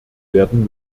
werden